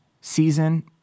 season